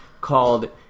called